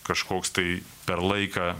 kažkoks tai per laiką